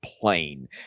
plain